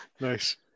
Nice